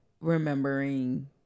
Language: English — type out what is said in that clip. remembering